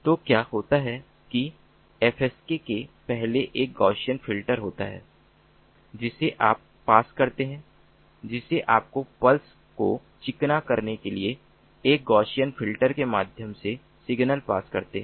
तो क्या होता है कि FSK से पहले एक गाउसियन फिल्टर होता है जिसे आप पास करते हैं जिसे आपको पल्स को चिकना करने के लिए एक गाउसियन फिल्टर के माध्यम से सिग्नल पास करते हैं